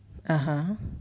(uh huh)